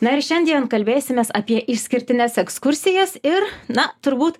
na ir šiandien kalbėsimės apie išskirtines ekskursijas ir na turbūt